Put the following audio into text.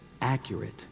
Accurate